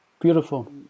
beautiful